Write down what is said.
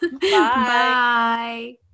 Bye